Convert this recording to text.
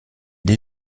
des